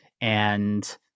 and-